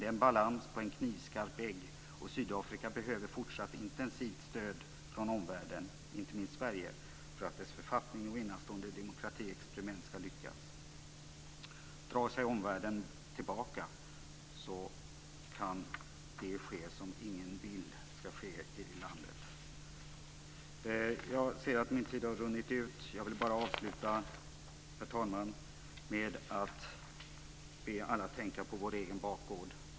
Det är en balans på en knivskarp egg, och Sydafrika behöver fortsatt intensivt stöd från omvärlden, inte minst Sverige, för att dess författning och enastående demokratiexperiment ska lyckas. Om omvärlden drar sig tillbaka kan det ske som ingen vill ska ske i landet. Jag ser att min talartid har runnit ut. Jag vill avsluta, herr talman, med att be alla att tänka på vår egen bakgård.